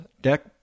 deck